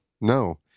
no